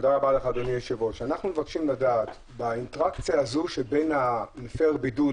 אנחנו מבקשים לדעת: באינטראקציה הזאת שבין "מפר הבידוד",